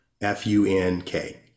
F-U-N-K